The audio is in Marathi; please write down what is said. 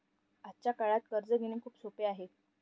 आजच्या काळात कर्ज घेणे खूप सोपे आहे